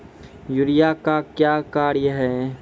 Urea का क्या कार्य हैं?